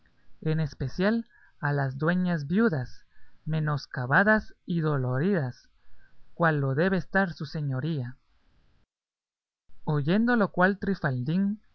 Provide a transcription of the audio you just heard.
en especial a las dueñas viudas menoscabadas y doloridas cual lo debe estar su señoría oyendo lo cual